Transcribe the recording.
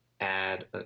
add